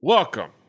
Welcome